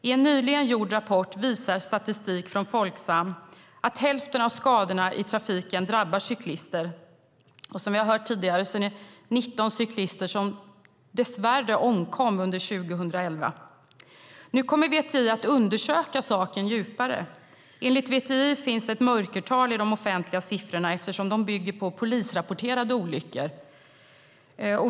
I en nyligen gjord rapport visar statistik från Folksam att hälften av skadorna i trafiken drabbar cyklister. Som vi har hört tidigare är det 19 cyklister som dess värre har omkommit under 2011. Nu kommer VTI att undersöka saken djupare. Enligt VTI finns det ett mörkertal i de offentliga siffrorna, eftersom de bygger på polisrapporterade olyckor.